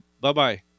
bye-bye